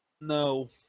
No